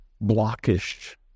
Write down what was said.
blockish